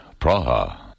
Praha